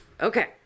Okay